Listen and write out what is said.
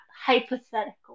hypothetical